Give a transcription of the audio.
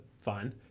Fine